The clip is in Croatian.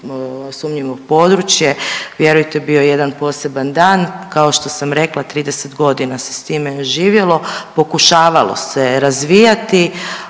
sumnjivo područje vjerujte bio jedan poseban dan. Kao što sam rekla 30 godina se s time živjelo, pokušavalo se razvijati